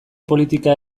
politika